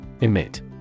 Emit